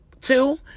two